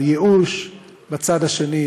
הייאוש בצד האחר,